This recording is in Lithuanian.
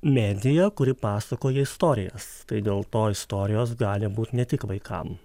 medija kuri pasakoja istorijas tai dėl to istorijos gali būt ne tik vaikam